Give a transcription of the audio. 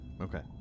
Okay